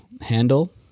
handle